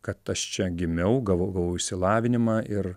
kad aš čia gimiau gavau gavau išsilavinimą ir